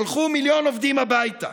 שלחו מיליון עובדים הביתה.